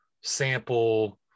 sample